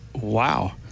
wow